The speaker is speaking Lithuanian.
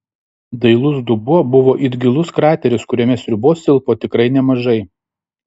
dailus dubuo buvo it gilus krateris kuriame sriubos tilpo tikrai nemažai